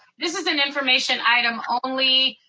this is an information item only.